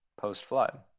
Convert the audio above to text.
post-flood